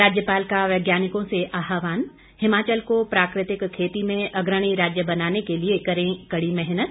राज्यपाल का वैज्ञानिकों से आहवान हिमाचल को प्राकृतिक खेती में अग्रणी राज्य बनाने के लिए करें कड़ी मेहनत